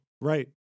Right